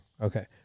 Okay